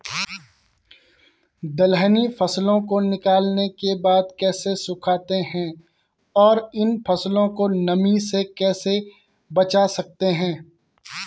दलहनी फसलों को निकालने के बाद कैसे सुखाते हैं और इन फसलों को नमी से कैसे बचा सकते हैं?